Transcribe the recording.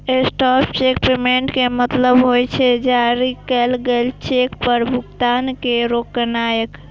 stop cheque payment के मतलब होइ छै, जारी कैल गेल चेक पर भुगतान के रोकनाय